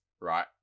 right